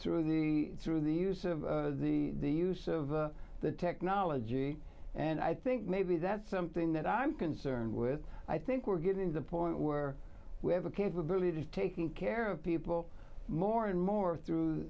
through the through the use of the use of the technology and i think maybe that's something that i'm concerned with i think we're getting the point where we have a capability of taking care of people more and more through